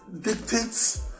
dictates